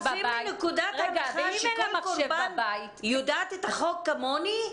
אתם יוצאים מנקודת הנחה שכל קורבן יודעת את החוק כמוני?